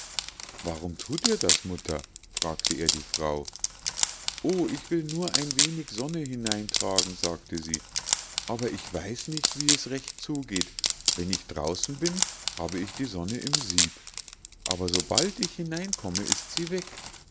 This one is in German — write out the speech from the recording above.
warum thut ihr das mutter fragte er die frau o ich will nur ein wenig sonne hineintragen sagte sie aber ich weiß nicht wie es recht zugeht wenn ich draußen bin habe ich die sonne im sieb aber sobald ich hineinkomme ist sie weg